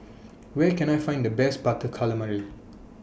Where Can I Find The Best Butter Calamari